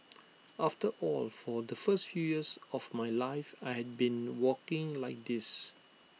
after all for the first few years of my life I had been walking like this